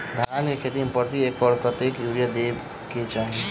धान केँ खेती मे प्रति एकड़ कतेक यूरिया देब केँ चाहि?